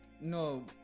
no